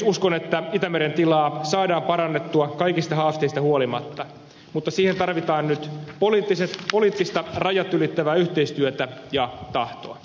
uskon että itämeren tilaa saadaan parannettua kaikista haasteista huolimatta mutta siihen tarvitaan nyt poliittista rajat ylittävää yhteistyötä ja tahtoa